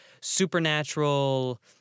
supernatural